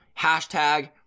hashtag